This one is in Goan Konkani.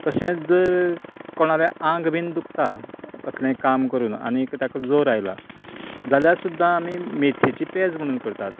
तशेंच जर कोणालें आंग बी दुखता कसलेंय काम करून आनीक ताका जोर आयला जाल्यार सुद्दां आमी मेथयेची पेज म्हणून करतात